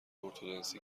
ارتدنسی